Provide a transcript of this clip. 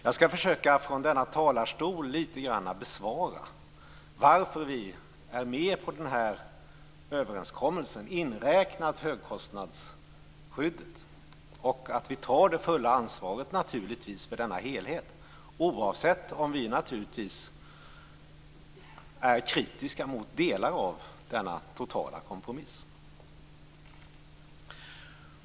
Jag skall försöka från denna talarstol att lite grann besvara varför vi är med på den här överenskommelsen, inräknat högkostnadsskyddet, och att vi tar det fulla ansvaret för denna helhet, även om vi naturligtvis är kritiska mot delar av denna totala kompromiss.